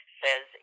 says